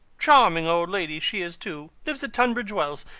charming old lady she is, too. lives at tunbridge wells.